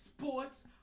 sports